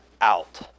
out